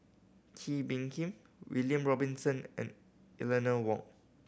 Kee Bee Khim William Robinson and Eleanor Wong